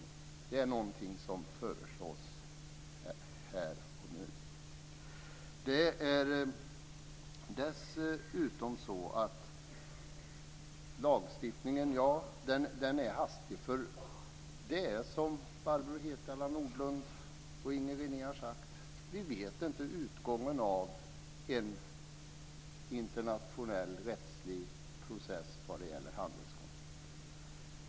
Det är någonting som föreslås här och nu. Lagstiftningen är hastig. Det är som Barbro Hietala Nordlund och Inger René har sagt: Vi vet inte utgången av en internationell rättslig process vad gäller handelskonflikter.